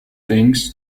things